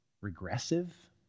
Regressive